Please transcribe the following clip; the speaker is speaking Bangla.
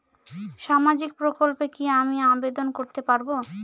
সামাজিক প্রকল্পে কি আমি আবেদন করতে পারবো?